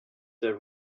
the